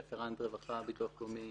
רפרנט רווחה וביטוח לאומי